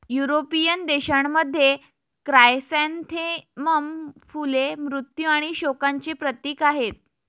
European देशांमध्ये, chrysanthemum फुले मृत्यू आणि शोकांचे प्रतीक आहेत